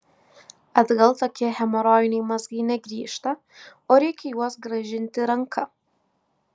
atgal tokie hemorojiniai mazgai negrįžta o reikia juos grąžinti ranka